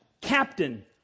Captain